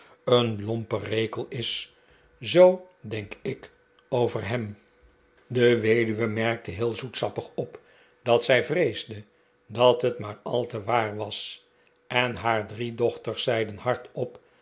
een lompe rekel is zoo denk ik over hem de weduwe merkte heel zoetsappig op dat zij vreesde dat het maar al te waar was en haar drie dochters zeiden hardop